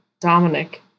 Dominic